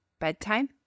bedtime